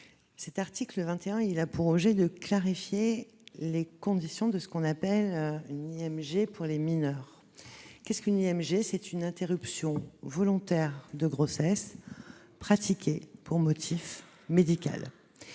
l'article 21 a pour objet de clarifier les conditions de ce qu'on appelle une IMG pour les mineures. Qu'est-ce qu'une IMG ? C'est une interruption volontaire de grossesse pratiquée pour motif médical.